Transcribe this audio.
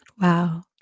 wow